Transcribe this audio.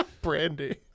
Brandy